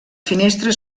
finestres